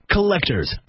Collectors